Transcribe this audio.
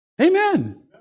Amen